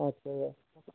আচ্ছা আচ্ছা